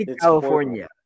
California